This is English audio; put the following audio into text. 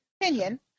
opinion